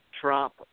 Trump